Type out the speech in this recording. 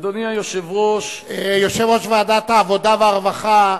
אדוני היושב-ראש, יושב-ראש ועדת העבודה והרווחה,